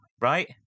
right